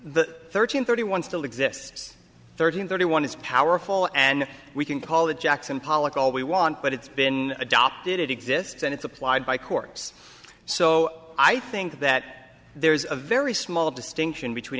the thirteen thirty one still exists thirty and thirty one is powerful and we can call it jackson pollock all we want but it's been adopted it exists and it's applied by courts so i think that there's a very small distinction between